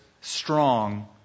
strong